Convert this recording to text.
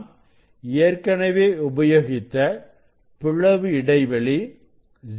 நான் ஏற்கனவே உபயோகித்த பிளவு இடைவெளி 0